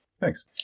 Thanks